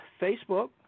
Facebook